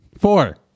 Four